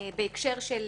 בהקשר של